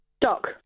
Doc